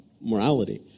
morality